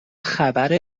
خبر